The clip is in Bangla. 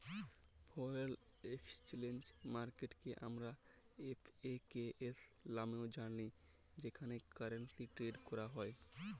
ফ্যরেল একেসচ্যালেজ মার্কেটকে আমরা এফ.এ.কে.এস লামেও জালি যেখালে কারেলসি টেরেড ক্যরা হ্যয়